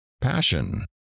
passion